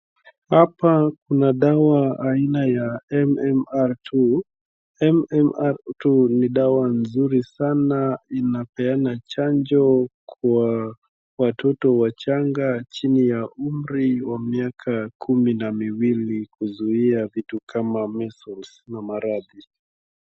Hapa kuna dawa aina ya MMR2.MMR2 ni dawa mzuri sana inapeana chanjo kwa watoto wachanga chini ya umri wa miaka kumi na miwili kuzuia vitu kama Measles na Marathi.